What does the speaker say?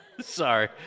Sorry